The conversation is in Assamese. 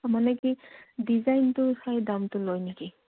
মানে কি ডিজাইনটো চাই দামটো লয় নেকি